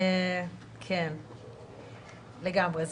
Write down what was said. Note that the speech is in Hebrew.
לגמרי.